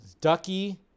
Ducky